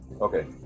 Okay